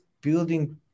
building